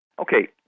Okay